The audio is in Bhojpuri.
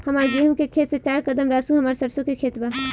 हमार गेहू के खेत से चार कदम रासु हमार सरसों के खेत बा